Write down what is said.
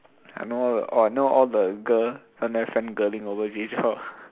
I know all the orh all the girl down there fangirling over Jay Chou